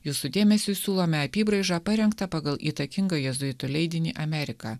jūsų dėmesiui siūlome apybraižą parengtą pagal įtakinga jėzuitų leidinį amerika